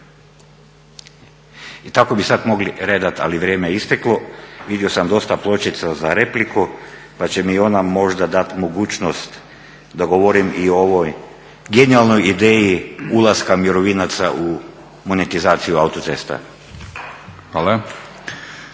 I tako bi sad mogli redati, ali vrijeme je isteklo. Vidio sam dosta pločica za repliku pa će mi ona možda dati mogućnost da govorim i o ovoj genijalnoj ideji ulaska mirovinaca u monetizaciju autocesta.